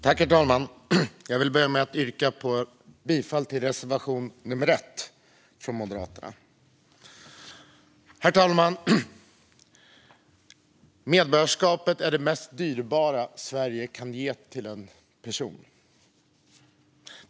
Herr talman! Jag vill börja med att yrka bifall till Moderaternas reservation nummer 1. Medborgarskapet är det mest dyrbara som Sverige kan ge till en person.